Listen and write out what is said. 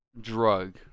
drug